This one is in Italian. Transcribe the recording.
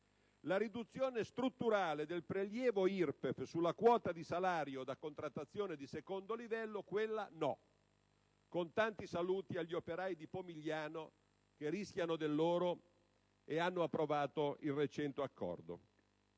la riduzione strutturale del prelievo IRPEF sulla quota di salario da contrattazione di secondo livello, quella no. Con tanti saluti agli operai di Pomigliano che rischiano del loro e hanno approvato il recente accordo!